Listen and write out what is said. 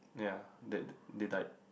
ya they they died